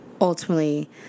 ultimately